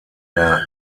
der